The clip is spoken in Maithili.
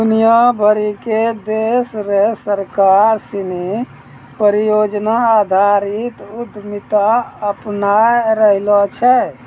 दुनिया भरी के देश र सरकार सिनी परियोजना आधारित उद्यमिता अपनाय रहलो छै